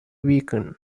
weaken